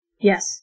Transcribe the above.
Yes